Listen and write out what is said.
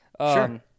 Sure